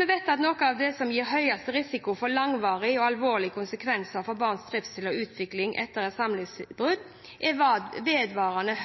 Vi vet at noe av det som gir høyeste risiko for langvarige og alvorlige konsekvenser for barns trivsel og utvikling etter et samlivsbrudd, er vedvarende